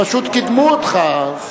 פשוט קידמו אותך.